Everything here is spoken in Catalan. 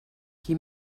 qui